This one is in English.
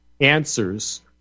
answers